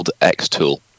X-Tool